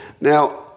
Now